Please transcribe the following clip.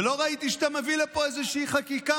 ולא ראיתי שאתה מביא לפה איזושהי חקיקה